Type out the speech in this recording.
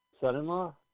Son-in-law